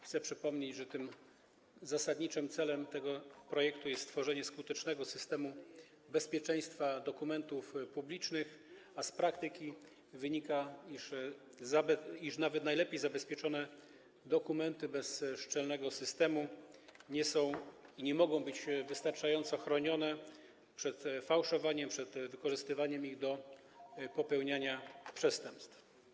Chcę przypomnieć, że zasadniczym celem tego projektu jest stworzenie skutecznego systemu bezpieczeństwa dokumentów publicznych, a z praktyki wynika, iż nawet najlepiej zabezpieczone dokumenty bez szczelnego systemu nie są i nie mogą być wystarczająco chronione przed fałszowaniem, przed wykorzystywaniem ich do popełniania przestępstw.